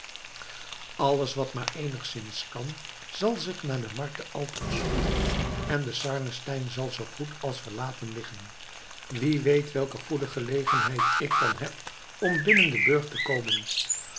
alles wat maar eenigszins kan zal zich naar de markt te altorf spoeden en de sarnenstein zal zoo goed als verlaten liggen wie weet welk eene goede gelegenheid ik dan heb om binnen den burcht te komen